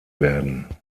werden